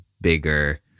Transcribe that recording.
bigger